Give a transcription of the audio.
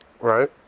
Right